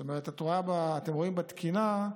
אתם רואים שבתקינה,